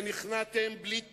ונכנעתם בלי תנאי,